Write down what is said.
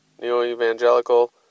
neo-evangelical